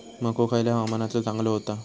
मको खयल्या हवामानात चांगलो होता?